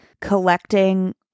collecting